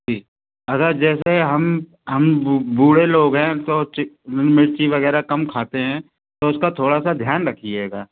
जी अगर जैसे हम हम बूढ़े लोग हैं तो मिर्ची वग़ैरह कम खाते हैं तो उसका थोड़ा सा ध्यान रखिएगा